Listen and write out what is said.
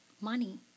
money